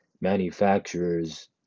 manufacturers